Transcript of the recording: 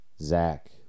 Zach